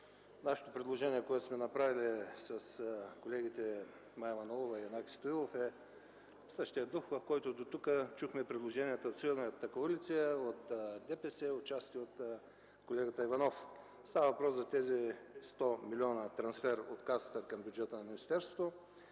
Предложението, което сме направили с колегите Мая Манолова и Янаки Стоилов, е в същия дух, в който дотук чухме предложенията от Синята коалиция, от ДПС, отчасти от колегата Иванов. Става въпрос за тези 100 млн. лв. трансфер от Касата към бюджета на министерството